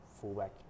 fullback